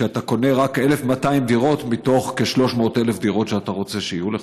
כשאתה קונה רק 1,200 דירות מתוך כ-300,000 דירות שאתה רוצה שיהיו לך.